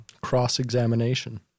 Cross-examination